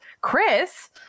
Chris